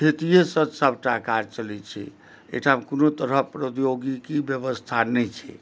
खेतीये सँ सबटा काज चलै छै एहिठाम कोनो तरहक प्रद्योगिकी व्यवस्था नहि छै